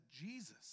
Jesus